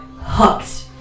hooked